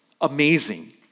amazing